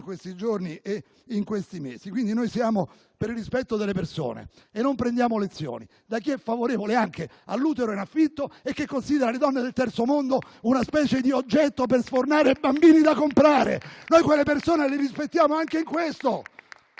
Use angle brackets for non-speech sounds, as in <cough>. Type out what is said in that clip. questi giorni e in questi mesi. Quindi noi siamo per il rispetto delle persone e non prendiamo lezioni da chi è favorevole all'utero in affitto e considera le donne del Terzo mondo una specie di oggetto per sfornare bambini da comprare. <applause> Noi quelle persone le rispettiamo anche in questo: